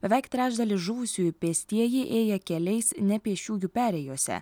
beveik trečdalis žuvusiųjų pėstieji ėję keliais ne pėsčiųjų perėjose